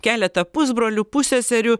keletą pusbrolių pusseserių